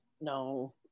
no